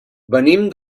venim